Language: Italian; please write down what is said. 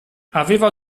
aveva